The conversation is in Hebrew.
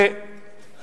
אתה מתכוון גם לבתים של,